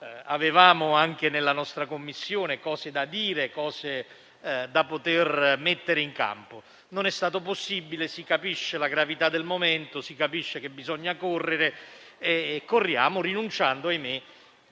Avevamo anche noi in Commissione cose da dire, misure da mettere in campo. Non è stato possibile: si capisce la gravità del momento, si capisce che bisogna correre e corriamo, rinunciando, ahimè,